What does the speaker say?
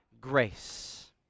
grace